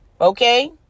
okay